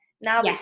Now